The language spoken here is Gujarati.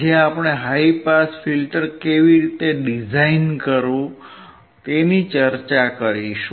આજે આપણે હાઇ પાસ ફિલ્ટર કેવી રીતે ડિઝાઇન કરવું તેની ચર્ચા કરીશું